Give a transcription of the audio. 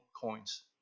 coins